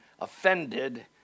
offended